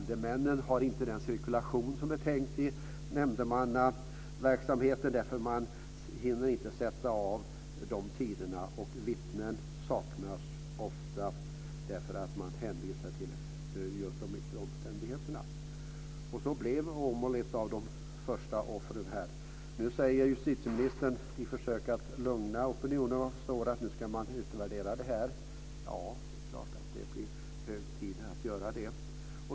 Det är inte den cirkulation som det är tänkt inom nämndemannaverksamheten. De hinner inte sätta av den tid som behövs. Vittnen saknas ofta - man hänvisar till de yttre omständigheterna. Så blev Åmål ett av de första offren. Nu säger justitieministern i ett försök att lugna opinionen att detta ska utvärderas. Det är klart att det är hög tid att göra det.